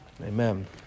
Amen